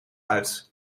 uit